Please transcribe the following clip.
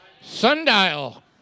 Sundial